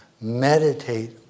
meditate